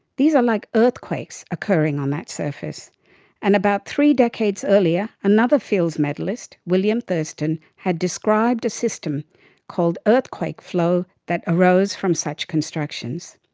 these are like earthquakes occurring on that surface and about three decades earlier another fields medallist, william thurston, had described a system called earthquake flow that arose from such constructions.